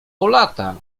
polata